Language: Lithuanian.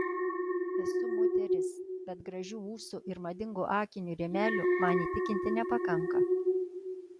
esu moteris bet gražių ūsų ir madingų akinių rėmelių man įtikinti nepakanka